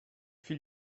fil